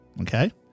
okay